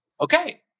Okay